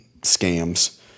scams